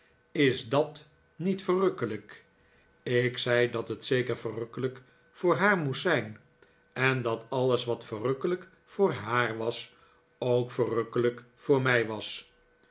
is dat niet verrukkelijk ik zei dat het zeker verrukkelijk voor haar moest zijn en dat alles wat verrukkelijk voor haar was ook verrukkelijk voor mij was